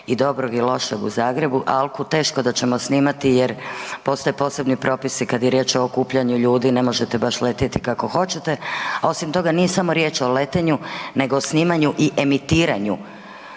i dobrog i lošeg u Zagrebu. Alku teško da ćemo snimati jer postoje posebni propisi kada je riječ o okupljanju ljudi, ne možete letjeti baš kako hoćete, a osim toga nije samo riječ o letenju nego o snimanju i emitiranju,